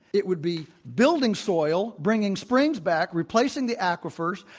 it would be building soil, bringing springs back, replacing the aquifers,